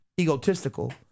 egotistical